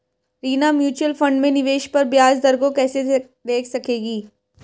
Reena mutual fund में निवेश पर ब्याज दर को कैसे देख सकेगी?